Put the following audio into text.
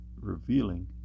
revealing